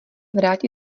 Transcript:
vrátí